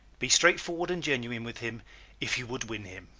be straightforward and genuine with him if you would win him.